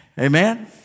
Amen